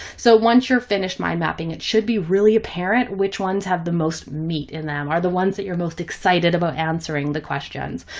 so once you're finished mind mapping, it should be really apparent which ones have the most meat in them are the ones that you're most excited about answering the questions.